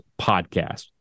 podcast